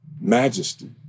majesty